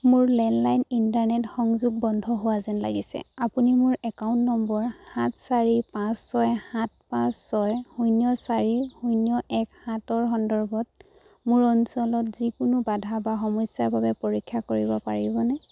মোৰ landline internet সংযোগ বন্ধ হোৱা যেন লাগিছে আপুনি মোৰ একাউণ্ট নম্বৰ সাত চাৰি পাঁচ ছয় সাত পাঁচ ছয় শূন্য চাৰি শূন্য এক সাতৰ সন্দৰ্ভত মোৰ অঞ্চলত যিকোনো বাধা বা সমস্যাৰ বাবে পৰীক্ষা কৰিব পাৰিবনে